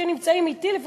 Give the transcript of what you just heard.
שנמצאים אתי לפחות,